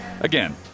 again